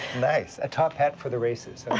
nice, a top hat for the races.